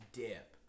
dip